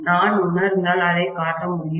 நான் உணர்ந்தால் அதை காட்ட முடியும்